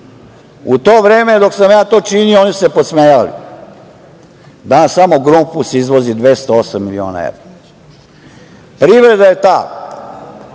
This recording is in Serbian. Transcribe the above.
U to vreme dok sam ja to činio oni su se podsmevali. Danas samo „Grupus“ izvozi 208 miliona evra. Privreda je ta